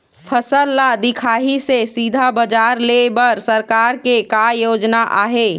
फसल ला दिखाही से सीधा बजार लेय बर सरकार के का योजना आहे?